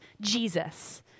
Jesus